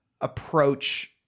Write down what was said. approach